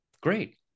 great